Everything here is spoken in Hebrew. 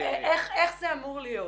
איך זה אמור להיות?